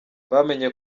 bamenye